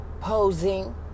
posing